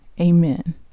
amen